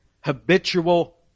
habitual